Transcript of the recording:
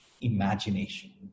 imagination